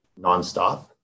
nonstop